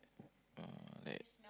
uh like